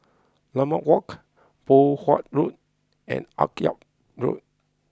Limau Walk Poh Huat Road and Akyab Road